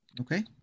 okay